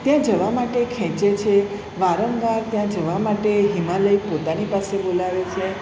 ત્યાં જવા માટે ખેંચે છે વારંવાર ત્યાં જવા માટે હિમાલય પોતાની પાસે બોલાવે છે